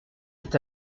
est